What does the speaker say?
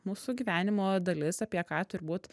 mūsų gyvenimo dalis apie ką turbūt